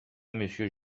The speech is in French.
monsieur